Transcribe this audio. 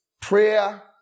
Prayer